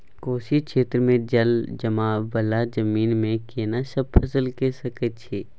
कोशी क्षेत्र मे जलजमाव वाला जमीन मे केना सब फसल के सकय छी?